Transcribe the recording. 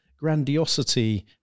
grandiosity